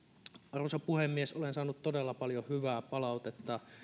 arvoisa puhemies olen saanut todella paljon hyvää palautetta